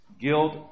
Guilt